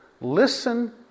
Listen